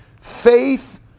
Faith